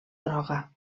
groga